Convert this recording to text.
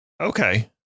Okay